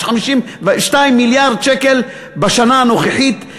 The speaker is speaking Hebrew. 52 מיליארד שקל בשנה הנוכחית,